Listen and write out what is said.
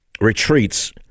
retreats